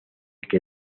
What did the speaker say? que